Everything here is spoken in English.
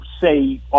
say